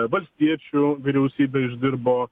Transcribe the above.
valstiečių vyriausybė išdirbo